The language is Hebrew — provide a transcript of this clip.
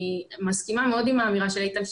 אני מסכימה מאוד עם האמירה של איתן,